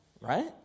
Right